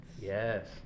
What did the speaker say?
yes